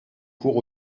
cours